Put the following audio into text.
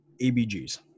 ABGs